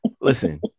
Listen